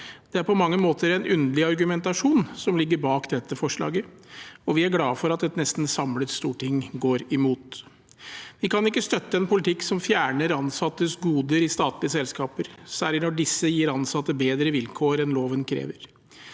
Det er på mange måter en underlig argumentasjon som ligger bak dette forslaget, og vi er glade for at et nesten samlet storting går imot. Vi kan ikke støtte en politikk som fjerner ansattes goder i statlige selskaper, særlig når disse gir ansatte bedre vilkår enn loven krever.